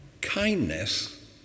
kindness